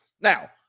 Now